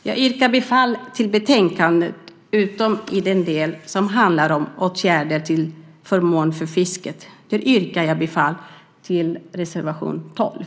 Jag yrkar bifall till förslaget i betänkandet utom i den del som handlar om åtgärder till förmån för fisket. Där yrkar jag bifall till reservation 12.